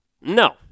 no